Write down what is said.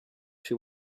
she